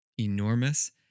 enormous